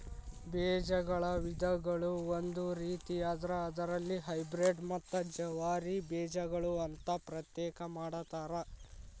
ಬೇಜಗಳ ವಿಧಗಳು ಒಂದು ರೇತಿಯಾದ್ರ ಅದರಲ್ಲಿ ಹೈಬ್ರೇಡ್ ಮತ್ತ ಜವಾರಿ ಬೇಜಗಳು ಅಂತಾ ಪ್ರತ್ಯೇಕ ಮಾಡತಾರ